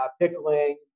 pickling